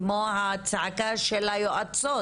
כמו הצעקה של היועצות,